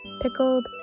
Pickled